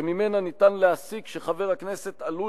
שממנה ניתן להסיק שחבר הכנסת עלול